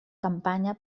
campanya